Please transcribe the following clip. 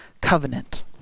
covenant